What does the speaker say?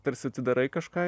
tarsi tu darai kažką